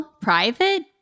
private